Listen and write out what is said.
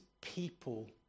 people